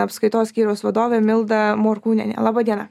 apskaitos skyriaus vadovė milda morkūniene laba diena